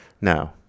No